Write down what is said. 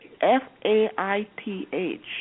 F-A-I-T-H